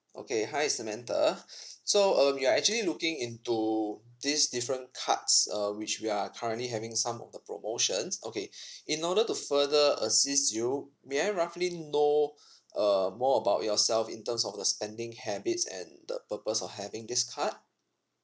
okay hi samantha so um you are actually looking into these different cards uh which we are currently having some of the promotions okay in order to further assist you may I roughly know uh more about yourself in terms of the spending habits and the purpose of having this card